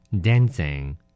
dancing